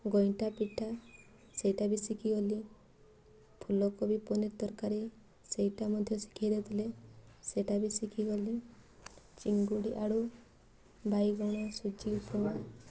ଗଇଁଠା ପିଠା ସେଇଟା ବି ଶିଖିଗଲି ଫୁଲକୋବି ପନିର୍ ତରକାରୀ ସେଇଟା ମଧ୍ୟ ଶିଖେଇ ଦେଉଥିଲେ ସେଇଟା ବି ଶିଖିଗଲି ଚିଙ୍ଗୁଡ଼ି ଆଳୁ ବାଇଗଣ ସୁଜି ଉପମା